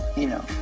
you know.